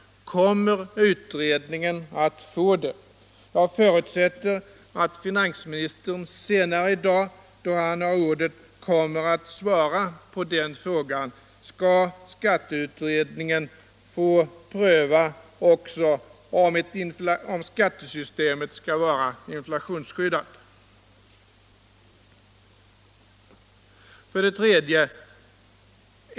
Kommer utredningen att få det? Jag förutsätter att finansministern senare i dag då han har ordet kommer att svara på den frågan. Skall skatteutredningen få pröva också om skattesystemet skall vara inflationsskyddat? 3.